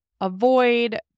avoid